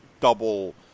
double